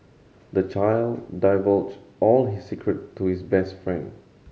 the child divulged all his secret to his best friend